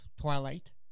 Twilight